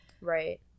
right